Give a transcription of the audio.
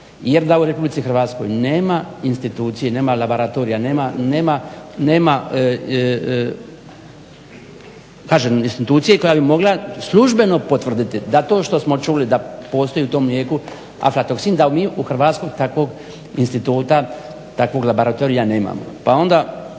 jer ga u RH nema institucije, nema laboratorija, nema kažem institucije koja bi mogla službeno potvrditi da to što smo čuli da postoji u tom mlijeku alfatoksin da mi u Hrvatskoj takvog instituta, takvog laboratorija nemamo pa onda.